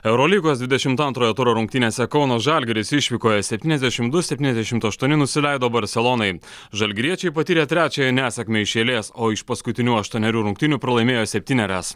eurolygos dvidešimt antrojo turo rungtynėse kauno žalgiris išvykoje septyniasdešim du septyniasdešimt aštuoni nusileido barselonai žalgiriečiai patyrė trečiąją nesėkmę iš eilės o iš paskutinių aštuonerių rungtynių pralaimėjo septynerias